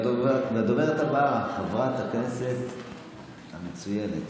הדוברת הבאה, חברת הכנסת המצוינת